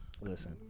Listen